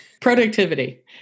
productivity